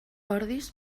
ordis